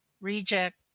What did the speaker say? reject